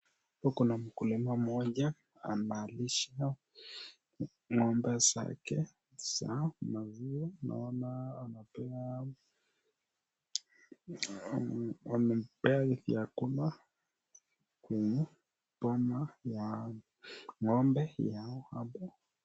Huku kuna mkulima mmoja analisha ng'ombe zake za maziwa. Naona anapea amepea vyakula kwa banda ya ng'ombe yao hapo.